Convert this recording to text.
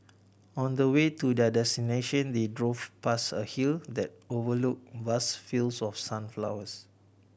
on the way to their destination they drove past a hill that overlook vast fields of sunflowers